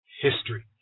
history